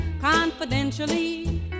confidentially